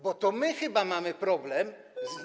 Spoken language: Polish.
Bo to my chyba mamy problem z.